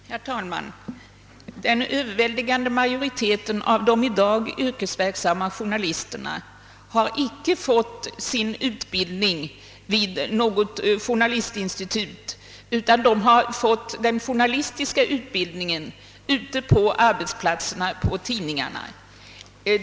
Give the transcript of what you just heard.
Herr talman! Den överväldigande majoriteten av de i dag yrkesverksamma journalisterna har icke fått sin utbildning vid något journalistinstitut utan ute på arbetsplatserna, på tidningarna.